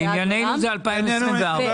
לענייננו זה 2024. כן,